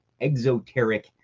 exoteric